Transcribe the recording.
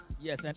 Yes